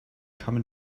come